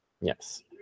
yes